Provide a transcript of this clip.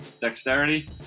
Dexterity